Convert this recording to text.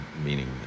meaning